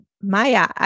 Maya